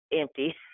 empty